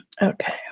Okay